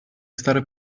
stare